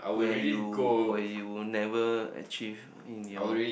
where you where you never achieve in your